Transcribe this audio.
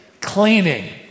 cleaning